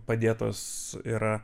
padėtos yra